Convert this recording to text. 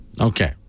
Okay